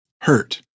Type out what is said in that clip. hurt